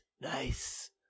Nice